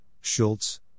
Schultz